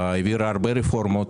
העבירה הרבה רפורמות.